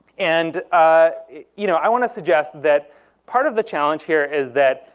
and ah you know i want to suggest that part of the challenge here is that,